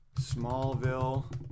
Smallville